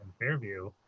Fairview